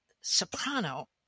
soprano